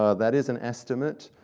ah that is an estimate,